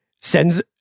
sends